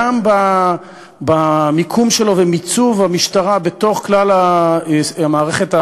גם במיקום ומיצוב המשטרה בתוך כלל המערכת,